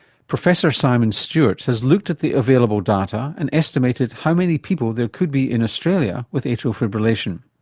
professor simon stewart has looked at the available data and estimated how many people there could be in australia with atrial fibrillation.